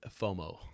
fomo